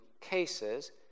cases